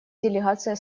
делегация